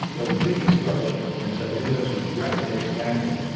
there was a big explosion, and so the universe was rapidly expanding.